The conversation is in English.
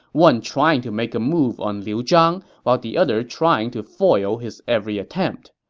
one trying to make a move on liu zhang while the other trying to foil his every attempt.